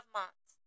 months